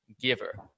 giver